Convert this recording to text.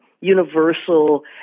universal